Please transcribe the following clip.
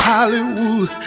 Hollywood